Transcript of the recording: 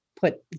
put